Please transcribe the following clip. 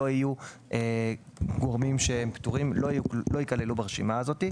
גורמים פטורים לא יכללו ברשימה הזו.